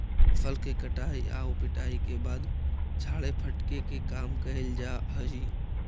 फसल के कटाई आउ पिटाई के बाद छाड़े फटके के काम कैल जा हइ